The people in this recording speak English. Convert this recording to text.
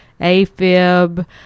AFib